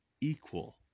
equal